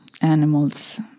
animals